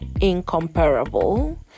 incomparable